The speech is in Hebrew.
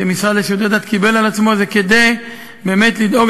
המשרד לשירותי דת קיבל על עצמו באמת לדאוג